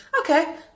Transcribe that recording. okay